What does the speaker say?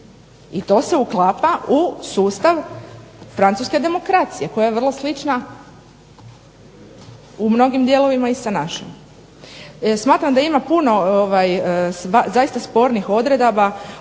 i to se uklapa u sustav francuske demokracije koja je vrlo slična u mnogim dijelovima i sa našom. Smatram da ima puno spornih odredaba,